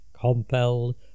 compelled